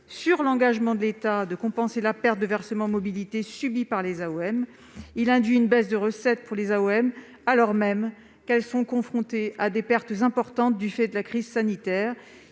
sur l'engagement de l'État de compenser la perte de versement mobilité subie par les AOM. Il induit une baisse de recettes pour celles-ci, alors même qu'elles sont déjà confrontées à des pertes importantes du fait de la crise sanitaire.